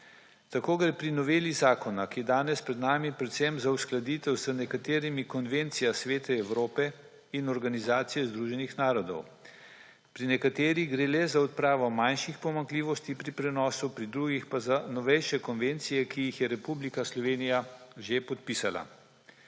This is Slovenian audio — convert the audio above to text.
Tako gre pri noveli zakona, ki je danes pred nami, predvsem za uskladitev z nekaterimi konvencijami Sveta Evrope in Organizacije združenih narodov. Pri nekaterih gre le za odpravo manjših pomanjkljivosti pri prenosu, pri drugih pa za novejše konvencije, ki jih je Republika Slovenija že podpisala.